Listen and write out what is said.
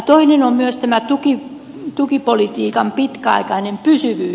toinen on myös tämä tukipolitiikan pitkäaikainen pysyvyys